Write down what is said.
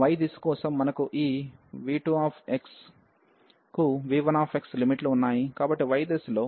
yదిశ కోసం మనకు ఈ v2x కు v1x లిమిట్ లు ఉన్నాయి